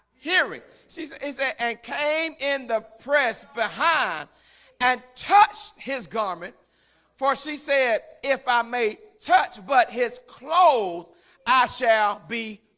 hearing she says it and came in the press behind and touched his garment for she said if i may touch but his clothes i shall be